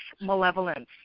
malevolence